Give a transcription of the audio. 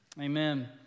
Amen